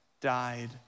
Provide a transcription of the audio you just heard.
died